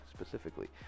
specifically